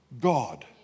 God